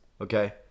Okay